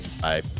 Bye